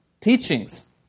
teachings